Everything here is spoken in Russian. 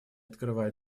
открывая